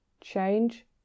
Change